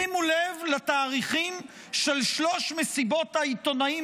שימו לב לתאריכים של שלוש מסיבות העיתונאים